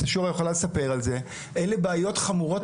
אלו בעיות חמורות מאוד.